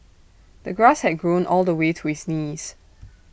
the grass had grown all the way to his knees